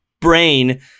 brain